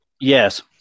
yes